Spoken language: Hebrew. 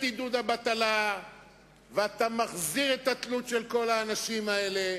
עידוד הבטלה ואתה מחזיר את התלות של כל האנשים האלה,